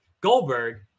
Goldberg